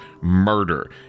murder